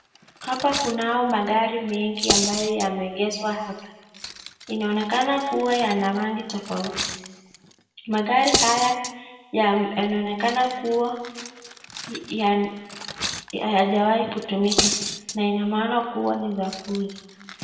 Hapa kunao magari mengi ambayo yameegezwa hapa. Inaonekana kuwa yana rangi tofauti. Magari haya yanaonekana kuwa hayajawai kutumika na ina maana kuwa ni za kuuzwa.